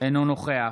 אינו נוכח